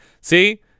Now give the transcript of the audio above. see-